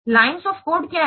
lines of code क्या है